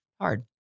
hard